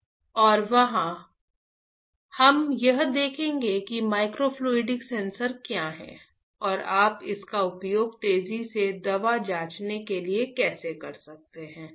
और वहां हम देखेंगे कि माइक्रोफ्लूडिक सेंसर क्या है और आप इसका उपयोग तेजी से दवा जांच के लिए कैसे कर सकते हैं